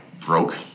broke